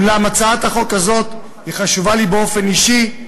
הצעת החוק הזאת חשובה לי באופן אישי,